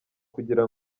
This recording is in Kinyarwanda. kugira